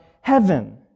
heaven